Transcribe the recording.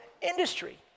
industry